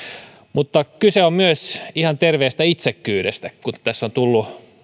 mutta kyse on myös ihan terveestä itsekkyydestä kuten tässä on tullut